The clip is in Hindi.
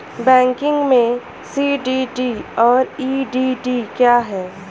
बैंकिंग में सी.डी.डी और ई.डी.डी क्या हैं?